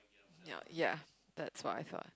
ya ya that's what I thought